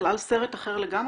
בכלל סרט אחר לגמרי,